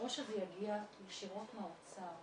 או שזה יגיע ישירות מהאוצר